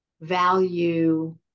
value